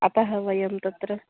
अतः वयं तत्र